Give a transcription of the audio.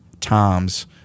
times